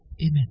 Amen